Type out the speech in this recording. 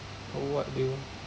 what do you